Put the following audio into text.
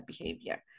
behavior